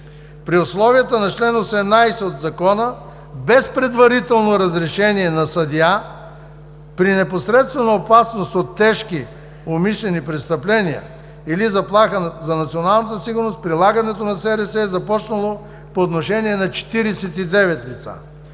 При условията на чл. 18 от Закона без предварително разрешение на съдия при непосредствена опасност от тежки умишлени престъпления или заплаха за националната сигурност прилагането на СРС е започнало по отношение на 49 лица.